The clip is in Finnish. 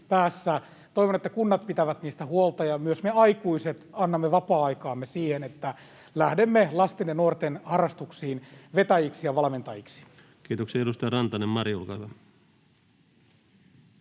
Toivon, että kunnat pitävät niistä huolta ja myös me aikuiset annamme vapaa-aikaamme siihen, että lähdemme lasten ja nuorten harrastuksiin vetäjiksi ja valmentajiksi. Kiitoksia. — Edustaja Rantanen, Mari, olkaa hyvä.